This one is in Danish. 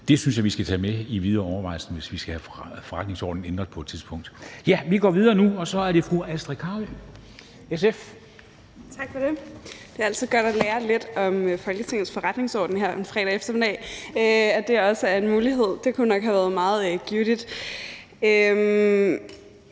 Det synes jeg vi skal tage med i nogle videre overvejelser, hvis vi skal have forretningsordenen ændret på et tidspunkt. Vi går videre nu, og det er fru Astrid Carøe, SF. Kl. 14:19 (Ordfører) Astrid Carøe (SF): Tak for det. Det er altid godt at lære lidt om Folketingets Forretningsorden her en fredag eftermiddag. At vide, at det også er en mulighed, kunne nok have været meget givtigt.